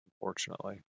Unfortunately